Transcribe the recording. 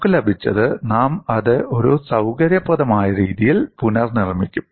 നമുക്ക് ലഭിച്ചത് നാം അത് ഒരു സൌകര്യപ്രദമായ രീതിയിൽ പുനർനിർമ്മിക്കും